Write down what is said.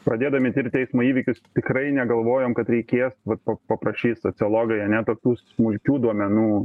pradėdami tirti eismo įvykius tikrai negalvojom kad reikės vat pap paprašys sociologai ane tokių smulkių duomenų